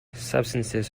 substances